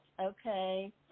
okay